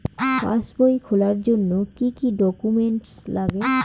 পাসবই খোলার জন্য কি কি ডকুমেন্টস লাগে?